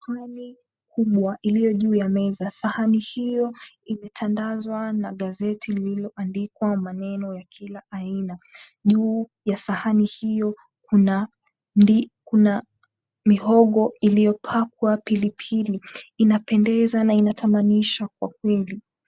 Sahani kubwa iliyo juu ya meza. Sahani hiyo imetandazwa na gazeti lililoandikwa maneno ya kila aina. Juu ya sahani hio kuna mihogo iliyopakwa pilipili, inapendeza na inatamanisha kwa kweli.